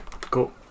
cool